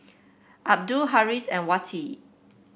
Abdul Harris and Wati